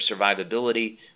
survivability